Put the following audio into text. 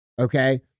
Okay